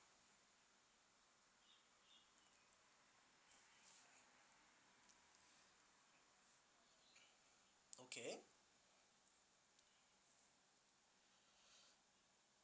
okay